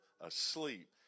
asleep